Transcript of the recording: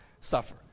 suffer